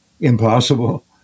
impossible